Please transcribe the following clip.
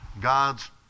God's